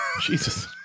Jesus